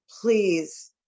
please